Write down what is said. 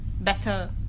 better